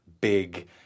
big